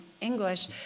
english